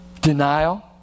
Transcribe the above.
Denial